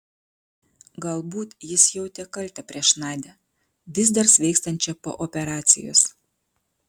galbūt jis jautė kaltę prieš nadią vis dar sveikstančią po operacijos